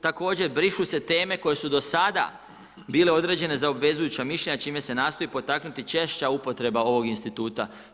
Također brišu se teme koje su do sada bile određene za obvezujuća mišljenja čime se nastoji potaknuti češća upotreba ovog instituta.